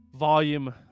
volume